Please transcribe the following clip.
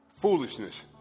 Foolishness